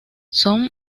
son